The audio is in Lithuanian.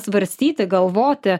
svarstyti galvoti